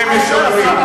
שהם משקרים,